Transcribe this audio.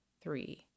three